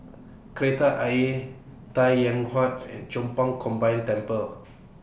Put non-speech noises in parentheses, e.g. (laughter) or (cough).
Kreta Ayer Tai Yuan Huat's and Chong Pang Combined Temple (noise)